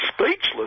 speechless